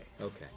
Okay